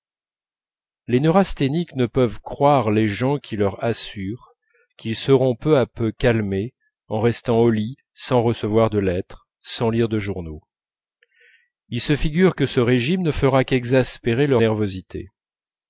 les neurasthéniques ne peuvent croire les gens qui leur assurent qu'ils seront à peu près calmés en restant au lit sans recevoir de lettres sans lire de journaux ils se figurent que ce régime ne fera qu'exaspérer leur nervosité